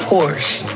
Porsche